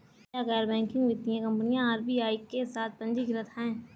क्या गैर बैंकिंग वित्तीय कंपनियां आर.बी.आई के साथ पंजीकृत हैं?